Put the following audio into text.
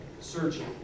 searching